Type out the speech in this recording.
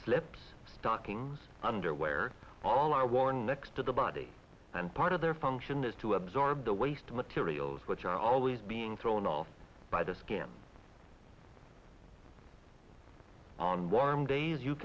flipped stockings underwear on are worn next to the body and part of their function is to absorb the waste materials which are always being thrown off by the skin on warm days you